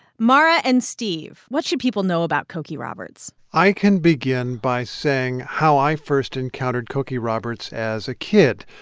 mara and steve, what should people know about cokie roberts? i can begin by saying how i first encountered cokie roberts as a kid.